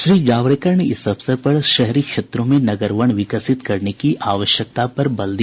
श्री जावड़ेकर ने इस अवसर पर शहरी क्षेत्रों में नगर वन विकसित करने की आवश्यकता पर बल दिया